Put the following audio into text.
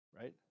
Right